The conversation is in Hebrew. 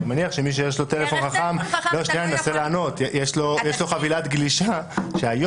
אני מניח שמי שיש לו טלפון חכם יש לו חבילת גלישה שהיום